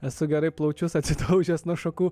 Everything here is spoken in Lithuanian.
esu gerai plaučius atsidaužęs nuo šakų